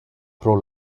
pro